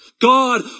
God